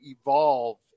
evolve